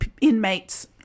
inmates